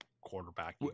quarterback